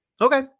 Okay